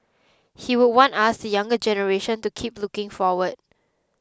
he would want us the younger generation to keep looking forward